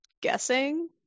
guessing